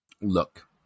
look